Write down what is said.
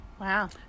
Wow